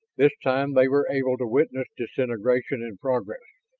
this time they were able to witness disintegration in progress,